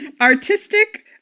Artistic